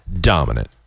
dominant